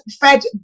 fed